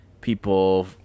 people